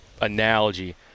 analogy